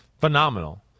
Phenomenal